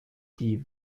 die